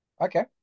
Okay